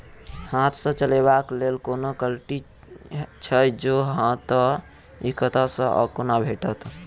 हाथ सऽ चलेबाक लेल कोनों कल्टी छै, जौंपच हाँ तऽ, इ कतह सऽ आ कोना भेटत?